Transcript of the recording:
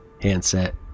handset